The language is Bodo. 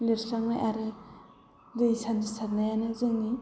लिरस्रांनाय आरो दै सान्थि सारनायानो जोंनि